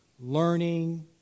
learning